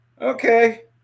okay